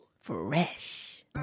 Fresh